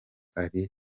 ari